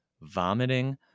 vomiting